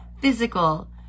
physical